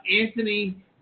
Anthony